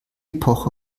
epoche